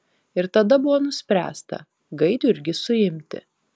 ir tada buvo nuspręsta gaidjurgį suimti